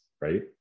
right